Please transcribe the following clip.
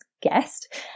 guest